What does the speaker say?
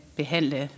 behandle